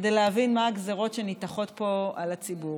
כדי להבין אילו גזרות ניתכות פה על הציבור.